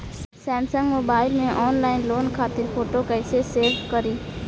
Samsung mobile में online loan खातिर photo कैसे सेभ करीं?